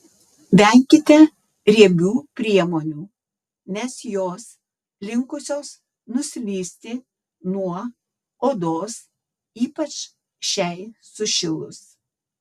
venkite riebių priemonių nes jos linkusios nuslysti nuo odos ypač šiai sušilus